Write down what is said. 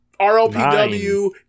RLPW